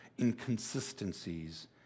inconsistencies